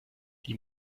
die